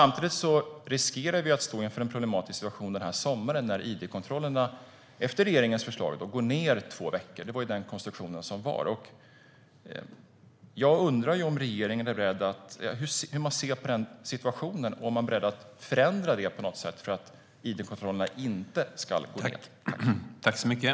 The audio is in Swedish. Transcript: Vi riskerar dock att stå inför en problematisk situation i sommar när id-kontrollerna, efter regeringens förslag, går ned under två veckor. Sådan är ju konstruktionen. Hur ser regeringen på denna situation? Är man beredd att förändra detta så att id-kontrollerna inte ska gå ned?